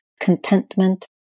contentment